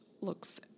looks